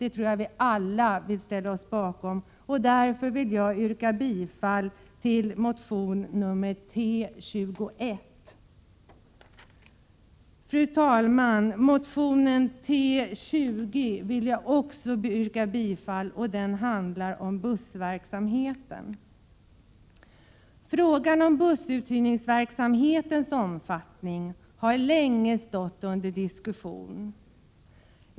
Detta tror jag är något som vi alla vill ställa oss bakom, och jag yrkar bifall till motion T21. Fru talman! Motionen T20 vill jag också yrka bifall till. Den handlar om bussverksamheten. Frågan om bussuthyrningsverksamhetens omfattning har länge stått under diskussion.